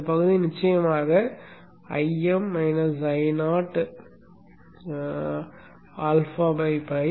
இந்தப் பகுதி நிச்சயமாக Im -Io απ T 2